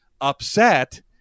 upset